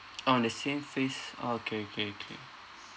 on the same phase orh okay okay okay